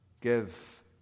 give